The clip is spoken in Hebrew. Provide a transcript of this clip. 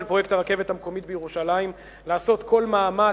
פרויקט הרכבת המקומית בירושלים לעשות כל מאמץ,